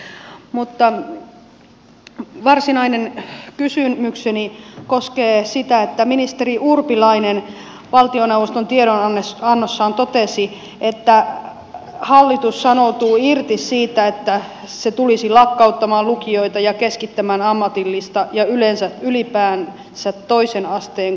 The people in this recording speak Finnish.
mutta varsinainen kysymykseni koskee sitä että ministeri urpilainen valtioneuvoston tiedonannossa totesi että hallitus sanoutuu irti siitä että se tulisi lakkauttamaan lukioita ja keskittämään ammatillista ja ylipäänsä toisen asteen koulutusta